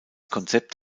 konzept